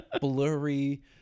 blurry